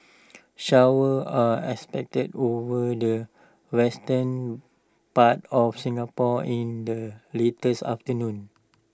showers are expected over the western part of Singapore in the latest afternoon